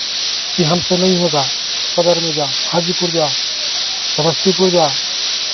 कि हमसे नहीं होगा सदर में जाओ हाजीपुर जाओ समस्तीपुर जाओ